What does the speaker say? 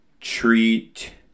treat